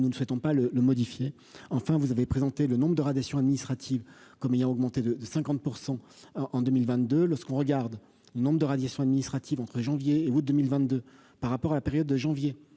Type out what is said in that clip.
nous ne souhaitons pas le le modifier, enfin vous avez présenté le nombre de radiations administratives, comme il y a augmenté de 50 % en 2022 lorsqu'on regarde nombre de radiations administratives entre janvier et août 2022 par rapport à la période de janvier